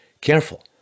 careful